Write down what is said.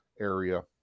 area